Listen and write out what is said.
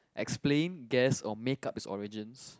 explain guess or make up it's origins